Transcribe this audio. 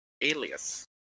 Alias